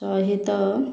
ସହିତ